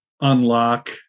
unlock